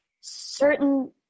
certain